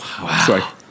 Wow